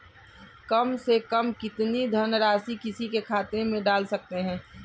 कम से कम कितनी धनराशि किसी के खाते में डाल सकते हैं?